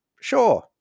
sure